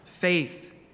Faith